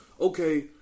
Okay